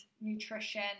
nutrition